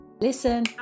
listen